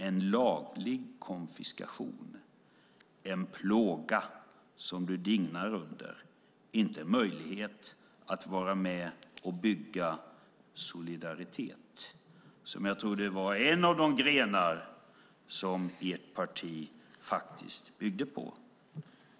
En laglig konfiskation. En plåga du dignar under. Inte en möjlighet att vara med och bygga solidaritet. Jag trodde att solidaritet var en av de grenar som ditt parti faktiskt byggde på.